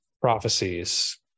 prophecies